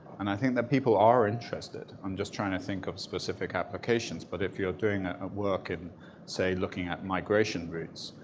and. i think that people are interested. i'm just trying to think of specific applications. but if you're doing a work in say looking at migration routes,